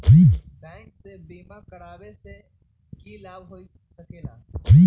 Bank से बिमा करावे से की लाभ होई सकेला?